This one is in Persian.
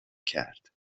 کرد